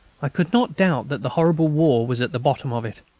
i could not doubt that the horrible war was at the bottom of it.